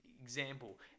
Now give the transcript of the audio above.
Example